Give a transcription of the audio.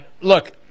look